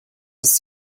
dass